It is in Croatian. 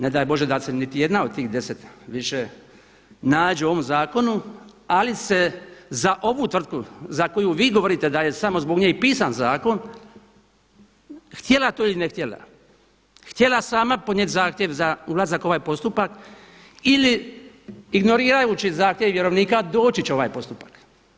Ne daj Bože da se niti jedna od tih deset više nađe u ovom zakonu, ali se za ovu tvrtku za koju vi govorite da je samo zbog nje i pisan zakon, htjela to ili ne htjela, htjela sama podnijeti zahtjev za ulazak u ovaj postupak ili ignorirajući zahtjev vjerovnika doći će ovaj postupak.